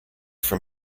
from